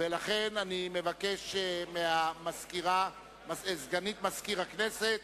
ולכן אני מבקש מסגנית מזכיר הכנסת